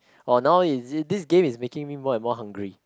or now is it this game is making me more and more hungry